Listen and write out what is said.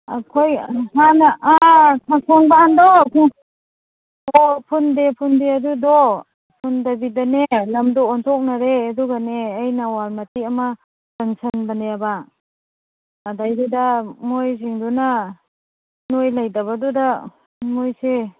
ꯑꯩꯈꯣꯏ ꯍꯥꯟꯅ ꯈꯣꯡꯕꯥꯟꯗꯣ ꯑꯣ ꯐꯨꯟꯗꯦ ꯐꯨꯟꯗꯦ ꯑꯗꯨꯗꯣ ꯐꯨꯟꯗꯕꯤꯗꯅꯦ ꯂꯝꯗꯣ ꯑꯣꯟꯊꯣꯛꯅꯔꯦ ꯑꯗꯨꯒꯅꯦ ꯑꯩꯅ ꯋꯥꯜ ꯃꯇꯦꯛ ꯑꯃ ꯆꯟꯁꯟꯕꯅꯦꯕ ꯑꯗꯩꯗꯨꯗ ꯃꯣꯁꯤꯡꯗꯨꯅ ꯅꯣꯏ ꯂꯩꯇꯕꯗꯨꯗ ꯃꯣꯏꯁꯦ